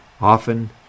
often